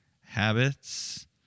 habits